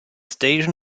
station